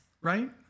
Right